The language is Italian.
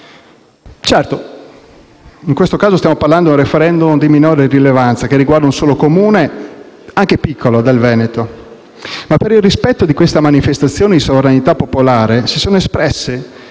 Certo, in questo caso parliamo di un *referendum* di minore rilevanza, che riguarda un solo Comune, anche piccolo, del Veneto; ma per il rispetto di questa manifestazione di sovranità popolare si sono espresse